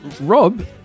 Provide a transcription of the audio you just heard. Rob